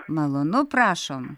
malonu prašom